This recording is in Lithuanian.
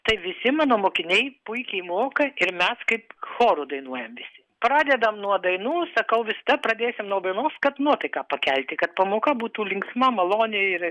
tai visi mano mokiniai puikiai moka ir mes kaip choru dainuojam visi pradedam nuo dainų sakau visada pradėsim nuo dainos kad nuotaiką pakelti kad pamoka būtų linksma maloni ir